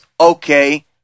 Okay